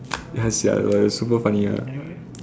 ya sia it was super funny ah